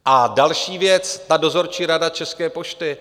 A další věc, Dozorčí rada České pošty.